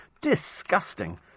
disgusting